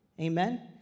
Amen